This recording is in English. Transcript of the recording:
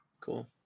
Cool